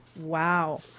Wow